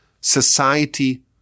society